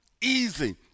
easy